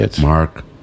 mark